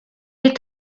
est